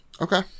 Okay